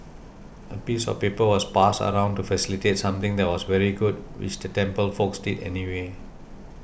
a piece of paper was passed around to facilitate something that was very good which the temple folks did anyway